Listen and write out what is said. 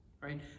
right